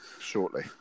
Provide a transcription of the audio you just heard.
shortly